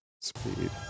speed